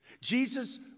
Jesus